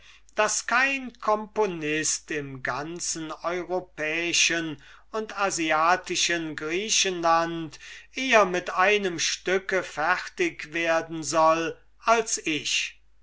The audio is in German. daß mir kein componist im ganzen europäischen und asiatischen griechenland bälder mit einem stücke fertig werden soll als ich